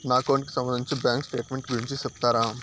నా అకౌంట్ కి సంబంధించి బ్యాంకు స్టేట్మెంట్ గురించి సెప్తారా